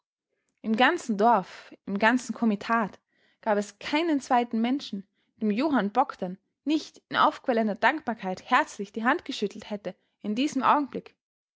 im ganzen dorf im ganzen komitat gab es keinen zweiten menschen dem johann bogdn nicht in aufquellender dankbarkeit herzlich die hand geschüttelt hätte in diesem augenblick